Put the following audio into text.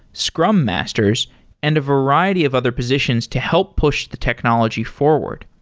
scrum masters and a variety of other positions to help push the technology forward.